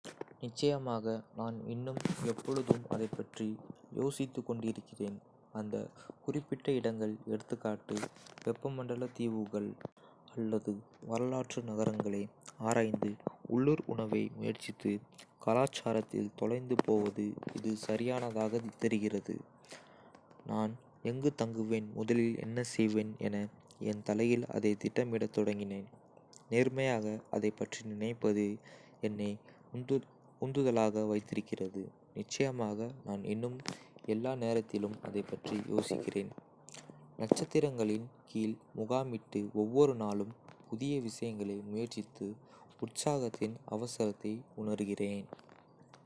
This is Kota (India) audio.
நிச்சயமாக! நான் இன்னும் எப்பொழுதும் அதைப் பற்றி யோசித்துக்கொண்டிருக்கிறேன். அந்த குறிப்பிட்ட இடங்கள், எகா, வெப்பமண்டல தீவுகள் அல்லது வரலாற்று நகரங்களை ஆராய்ந்து, உள்ளூர் உணவை முயற்சித்து, கலாச்சாரத்தில் தொலைந்து போவது இது சரியானதாகத் தெரிகிறது. நான் எங்கு தங்குவேன், முதலில் என்ன செய்வேன் என என் தலையில் அதைத் திட்டமிடத் தொடங்கினேன். நேர்மையாக, அதைப் பற்றி நினைப்பது என்னை உந்துதலாக வைத்திருக்கிறது. நிச்சயமாக! நான் இன்னும் எல்லா நேரத்திலும் அதைப் பற்றி யோசிக்கிறேன். நட்சத்திரங்களின் கீழ் முகாமிட்டு, ஒவ்வொரு நாளும் புதிய விஷயங்களை முயற்சித்து, உற்சாகத்தின் அவசரத்தை உணர்கிறேன்.